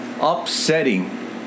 upsetting